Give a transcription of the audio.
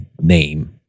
name